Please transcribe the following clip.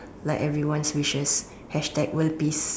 like everyone's wishes hashtag world peace